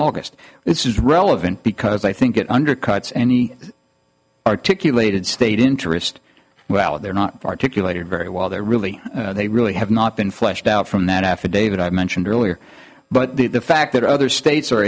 august this is relevant because i think it undercuts any articulated state interest well they're not articulated very well there really they really have not been fleshed out from that affidavit i mentioned earlier but the fact that other states are